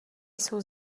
jsou